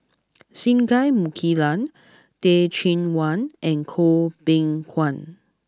Singai Mukilan Teh Cheang Wan and Goh Beng Kwan